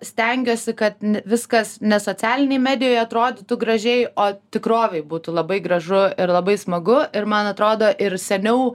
stengiuosi kad viskas ne socialinėj medijoj atrodytų gražiai o tikrovėj būtų labai gražu ir labai smagu ir man atrodo ir seniau